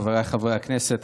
חבריי חברי הכנסת,